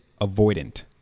avoidant